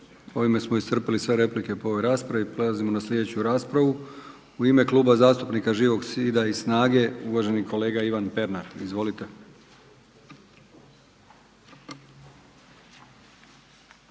Ovime smo iscrpili sve replike po ovoj raspravi. Prelazimo na sljedeću raspravu. U ime Kluba zastupnika Živog zida i SNAGA-e uvaženi kolega Ivan Pernar. Izvolite.